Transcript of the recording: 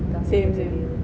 same same